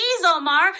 Omar